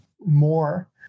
more